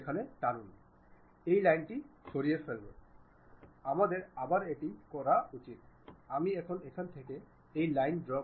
সুতরাং স্লাইসটি সরানো হয়েছে এখন আসুন 10 mm দিন